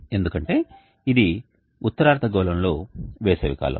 ఎందుకంటే ఇది ఉత్తర అర్ధగోళంలో వేసవి కాలం